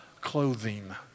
clothing